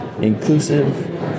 inclusive